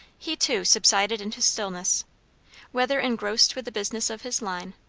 he too subsided into stillness whether engrossed with the business of his line,